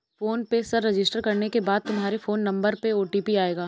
phone पे पर register करने के बाद तुम्हारे फोन नंबर पर ओ.टी.पी आएगा